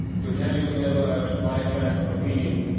to tell you in a word my frank opinion.